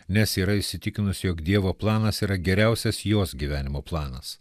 nes yra įsitikinusi jog dievo planas yra geriausias jos gyvenimo planas